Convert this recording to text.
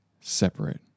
separate